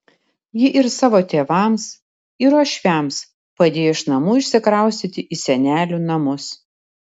ji ir savo tėvams ir uošviams padėjo iš namų išsikraustyti į senelių namus